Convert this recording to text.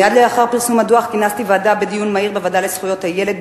מייד לאחר פרסום הדוח כינסתי דיון מהיר בוועדה לזכויות הילד,